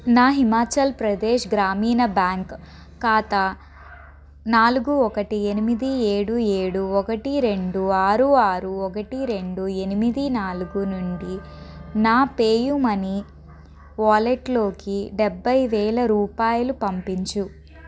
నా హిమాచల్ ప్రదేశ్ గ్రామీణ బ్యాంక్ ఖాతా నాలుగు ఒకటి ఎనిమిది ఏడు ఏడు ఒకటి రెండు ఆరు ఆరు ఒకటి రెండు ఎనిమిది నాలుగు నుండి నా పేయూ మనీ వాలెట్లోకి డెబ్భై వేల రూపాయలు పంపించు